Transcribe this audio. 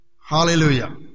Hallelujah